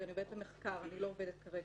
אני עובדת במחקר,